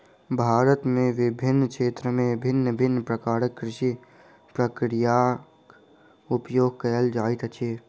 भारत में विभिन्न क्षेत्र में भिन्न भिन्न प्रकारक कृषि प्रक्रियाक उपयोग कएल जाइत अछि